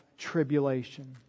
tribulation